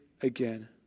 again